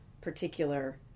particular